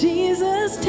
Jesus